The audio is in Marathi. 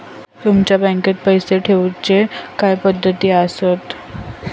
तुमच्या बँकेत पैसे ठेऊचे काय पद्धती आसत?